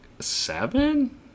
Seven